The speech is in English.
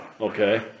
Okay